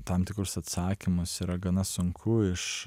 tam tikrus atsakymus yra gana sunku iš